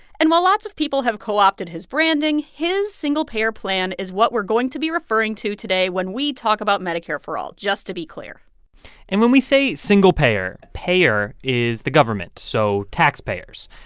and while lots of people have co-opted his branding, his single-payer plan is what we're going to be referring to today when we talk about medicare for all, just to be clear and when we say single-payer, payer is the government, so taxpayers.